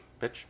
bitch